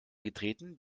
getreten